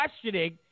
questioning